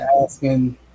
asking